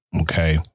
Okay